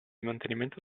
mantenimento